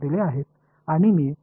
நீங்கள் என்ன செய்வீர்கள்